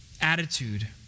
attitude